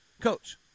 coach